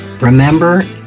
Remember